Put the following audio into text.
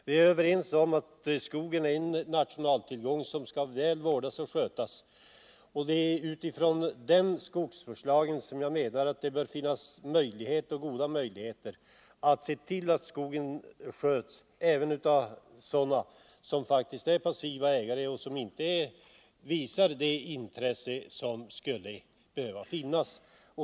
Vi är överens om att skogen är en nationaltillgång som skall väl vårdas och skötas. Jag menar att den nya skogsvårdslagen bör ge goda möjligheter att se till att skogen sköts även av passiva ägare, som inte visar det intresse som skulle behöva finnas.